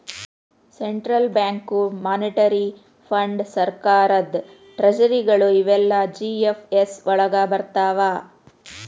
central bank, monetary ಫಂಡ್.ಸರ್ಕಾರದ್ ಟ್ರೆಜರಿಗಳು ಇವೆಲ್ಲಾ ಜಿ.ಎಫ್.ಎಸ್ ವಳಗ್ ಬರ್ರ್ತಾವ